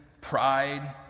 pride